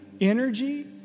energy